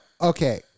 okay